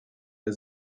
der